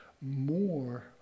more